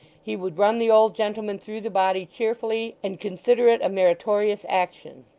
he would run the old gentleman through the body cheerfully, and consider it a meritorious action.